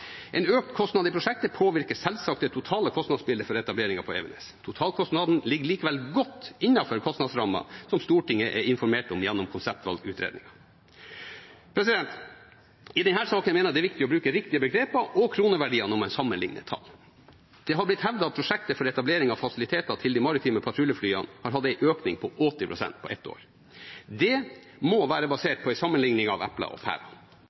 En økt kostnad i prosjektet påvirker selvsagt det totale kostnadsbildet for etableringen på Evenes. Totalkostnaden ligger likevel godt innenfor kostnadsrammen som Stortinget er informert om gjennom konseptvalgutredningen. I denne saken mener jeg det er viktig å bruke riktige begreper og kroneverdier når man sammenligner tall. Det har blitt hevdet at prosjektet for etablering av fasiliteter til de maritime patruljeflyene har hatt en økning på 80 pst. på ett år. Det må være basert på en sammenligning av epler og